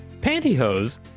Pantyhose